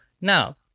now